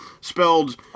Spelled